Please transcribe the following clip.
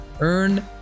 Earn